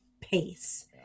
pace